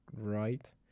right